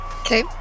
Okay